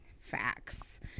Facts